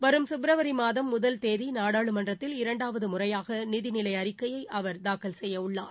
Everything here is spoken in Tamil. வரும் பிப்ரவரி மாதம் முதல் தேதி நாடாளுமன்றத்தில் இரண்டாவது முறையாக நிதிநிலை அறிக்கையை அவர் தாக்கல் செய்யவுள்ளார்